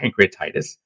pancreatitis